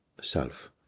Self